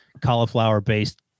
cauliflower-based